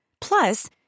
Plus